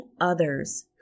others